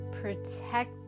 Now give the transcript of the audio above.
protect